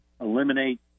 Eliminate